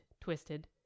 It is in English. twisted